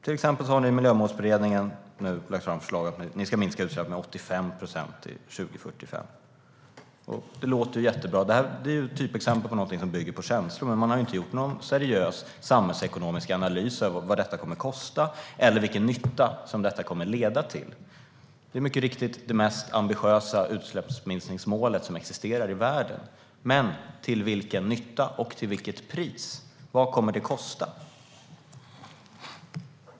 Till exempel har ni i Miljömålsberedningen nu lagt fram förslag om att vi ska minska utsläppen med 85 procent till 2045. Det låter jättebra. Men det är ett typexempel på någonting som bygger på känslor. Man har inte gjort någon seriös samhällsekonomisk analys av vad det kommer att kosta eller vilken nytta det kommer att leda till. Det är mycket riktigt det mest ambitiösa utsläppsminskningsmålet som existerar i världen. Men till vilken nytta? Och till vilket pris? Vad kommer det att kosta?